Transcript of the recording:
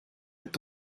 est